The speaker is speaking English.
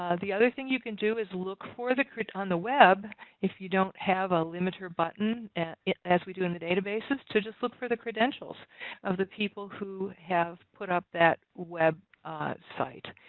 ah the other thing you can do is look for the on the web if you don't have a limiter button as we do in the databases, to just look for the credentials of the people who have put up that web site.